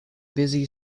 busy